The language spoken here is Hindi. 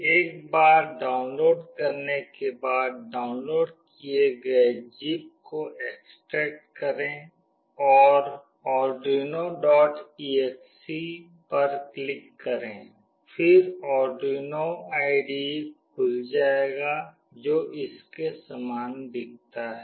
एक बार डाउनलोड करने के बाद डाउनलोड किए गए ज़िप को एक्सट्रेक्ट करें और arduinoexe पर क्लिक करें फिर आर्डुइनो IDE खुल जाएगा जो इसके समान दिखता है